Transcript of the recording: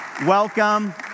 Welcome